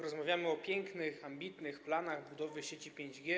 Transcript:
Rozmawiamy o pięknych, ambitnych planach budowy sieci 5G.